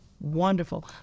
Wonderful